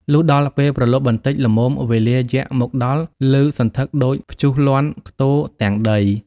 លុះដល់ពេលព្រលប់បន្តិច ល្មមវេលាយក្សមកដល់ព្ទសន្ធឹកដូចព្យុះលាន់ខ្ទរទាំងដី។